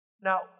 Now